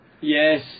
Yes